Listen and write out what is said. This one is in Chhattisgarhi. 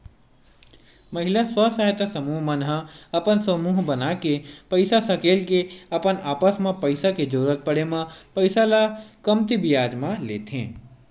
महिला स्व सहायता समूह मन ह अपन समूह बनाके पइसा सकेल के अपन आपस म पइसा के जरुरत पड़े म पइसा ल कमती बियाज म लेथे